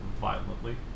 violently